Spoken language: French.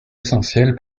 essentiel